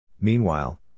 Meanwhile